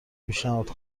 پیشنهاد